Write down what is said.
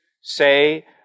say